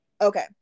Okay